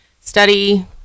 study